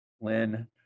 Lynn